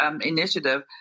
initiative